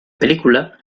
película